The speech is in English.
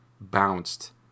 bounced